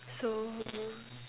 so